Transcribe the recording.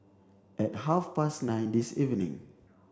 at half past nine this evening